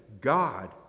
God